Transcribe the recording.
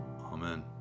Amen